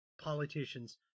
politicians